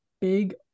big